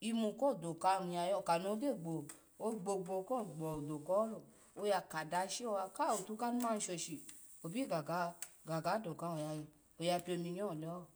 iyumu kodakanu ya yo kano gyo gbo ogbo gbo ko mo dokaholo, oya kada sha hoho mo tu kanu ma shoshi, obigaga dokani oya piominyo oleho,